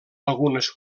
algunes